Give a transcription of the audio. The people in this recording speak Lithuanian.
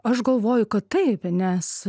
aš galvoju kad taip nes